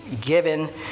given